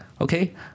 okay